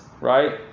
right